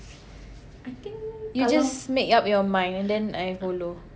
you just make up your mind and then I follow